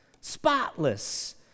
spotless